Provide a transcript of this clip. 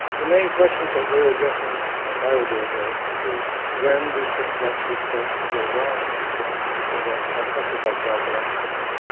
the main questions that we're addressing in my laboratory is when do things actually start to go wrong in the brain of people that are affected by fragile x syndrome.